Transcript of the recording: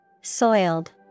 Soiled